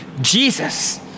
Jesus